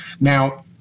Now